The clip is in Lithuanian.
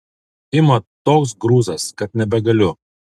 ima toks grūzas kad nebegaliu